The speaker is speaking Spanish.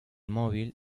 móvil